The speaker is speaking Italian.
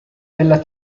della